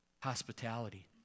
hospitality